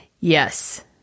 Yes